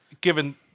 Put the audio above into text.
given